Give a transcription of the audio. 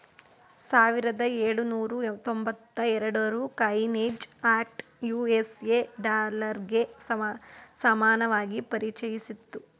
ಸಾವಿರದ ಎಳುನೂರ ತೊಂಬತ್ತ ಎರಡುರ ಕಾಯಿನೇಜ್ ಆಕ್ಟ್ ಯು.ಎಸ್.ಎ ಡಾಲರ್ಗೆ ಸಮಾನವಾಗಿ ಪರಿಚಯಿಸಿತ್ತು